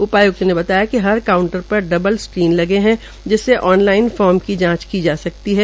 उपायुक्त ने बताया कि हर कांउटर पर डब्ल स्क्रीन लगे है जिसे ऑन लाइन फार्म की जांच की जा सकती है